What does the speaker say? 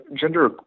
gender